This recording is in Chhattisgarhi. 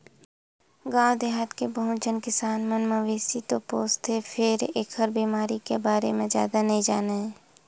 गाँव देहाथ के बहुत झन किसान मन मवेशी तो पोसथे फेर एखर बेमारी के बारे म जादा नइ जानय